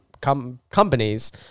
companies